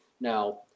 Now